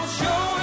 show